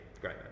great